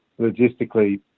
logistically